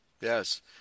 Yes